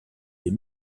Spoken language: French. les